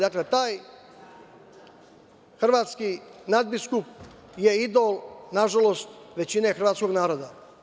Dakle, taj hrvatski nadbiskup je idol, na žalost većine hrvatskog naroda.